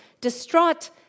distraught